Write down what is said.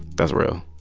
that's real.